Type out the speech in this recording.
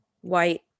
white